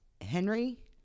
Henry